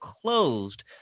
closed